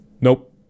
nope